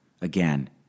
Again